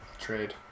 Trade